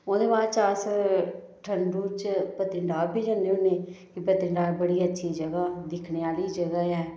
ओह्दे बाद च अस ठंडू च पत्नीटॉप बी जन्ने होन्ने कि पत्नीटॉप बड़ी अच्छी जगह् दिक्खने आह्ली जगह् ऐ